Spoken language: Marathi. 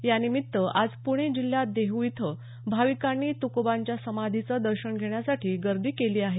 यानिमित्त आज पुणे जिल्ह्यात देहू इथं भाविकांनी तुकोबांच्या समाधीचं दर्शन घेण्यासाठी गर्दी केली आहे